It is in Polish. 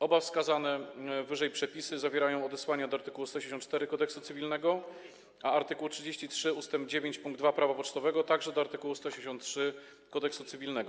Oba wskazane wyżej przepisy zawierają odesłania do art. 184 Kodeksu cywilnego, a art. 33 ust. 9 pkt 2 Prawa pocztowego - także do art. 183 Kodeksu cywilnego.